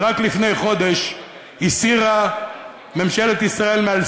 רק לפני חודש הסירה ממשלת ישראל מעל